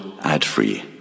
ad-free